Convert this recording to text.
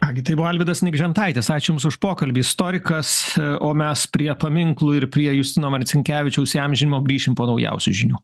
ką gi tai buvo alvydas nikžentaitis ačiū jums už pokalbį istorikas o mes prie paminklų ir prie justino marcinkevičiaus įamžinimo grįšim po naujausių žinių